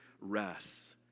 rests